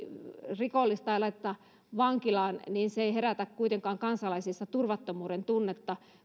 rikollista ei laiteta vankilaan se ei herätä kuitenkaan kansalaisissa turvattomuuden tunnetta